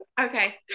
Okay